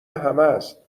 همست